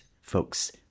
folks